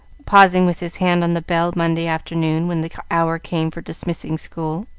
pausing with his hand on the bell, monday afternoon, when the hour came for dismissing school.